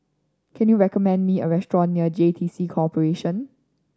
can you recommend me a restaurant near J T C Corporation